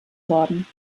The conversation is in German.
worden